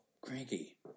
cranky